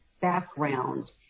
background